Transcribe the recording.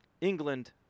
England